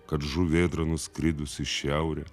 kad žuvėdra nuskridus į šiaurę